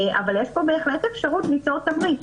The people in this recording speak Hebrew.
אבל יש פה בהחלט אפשרות ליצור תמריץ.